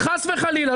חס וחלילה,